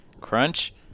crunch